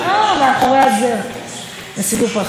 אה, מאחורי הזר, סידור הפרחים.